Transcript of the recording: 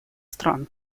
стран